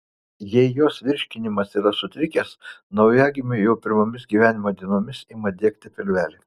jei jos virškinimas yra sutrikęs naujagimiui jau pirmomis gyvenimo dienomis ima diegti pilvelį